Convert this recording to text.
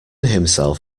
himself